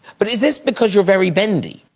but is this because you're very bendy.